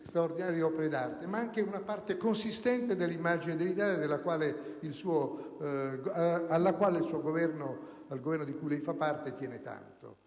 straordinarie opere d'arte, ma anche una parte consistente dell'immagine dell'Italia alla quale il suo Governo, l'Esecutivo di cui lei fa parte, tiene tanto.